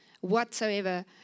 whatsoever